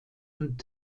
und